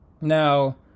Now